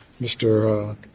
Mr